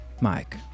Mike